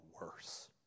worse